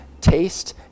Taste